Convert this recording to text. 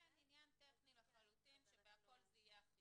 עניין טכני שבהכל זה יהיה אחיד.